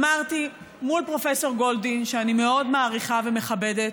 אמרתי מול פרופ' גולדין, שאני מאוד מעריכה ומכבדת,